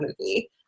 movie